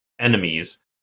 enemies